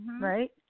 Right